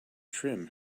trim